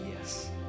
yes